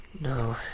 No